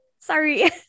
sorry